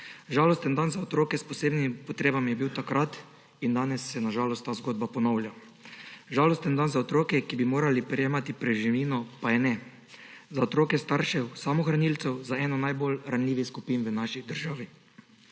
Žalosten dan za otroke s posebnimi potrebami je bil takrat. Danes se na žalost ta zgodba ponavlja. Žalosten dan je za otroke, ki bi morali prejemati preživnino, pa je ne, za otroke staršev samohranilcev, za eno najbolj ranljivih skupin v naši državi.